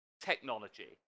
technology